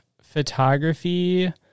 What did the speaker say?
photography